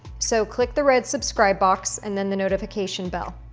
so, click the red subscribe box and then the notification bell.